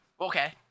Okay